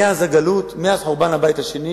מאז הגלות, מאז חורבן הבית השני